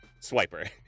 Swiper